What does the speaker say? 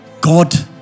God